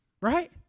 Right